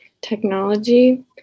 technology